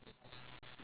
so quite cute